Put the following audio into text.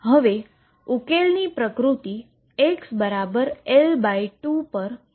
હવે ઉકેલની પ્રકૃતિ xL2 પર બદલાય છે